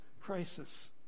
crisis